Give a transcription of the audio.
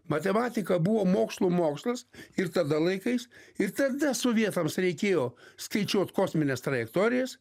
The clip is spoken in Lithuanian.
matematika buvo mokslų mokslas ir tada laikais ir tada sovietams reikėjo skaičiuot kosmines trajektorijas